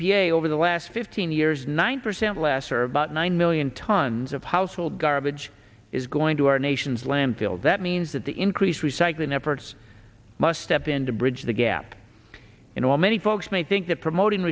a over the last fifteen years nine percent last or about nine million tons of household garbage is going to our nation's landfill that means that the increased recycling efforts must step in to bridge the gap you know many folks may think that promoting